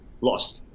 lost